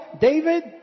David